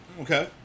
Okay